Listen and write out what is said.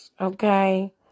Okay